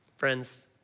Friends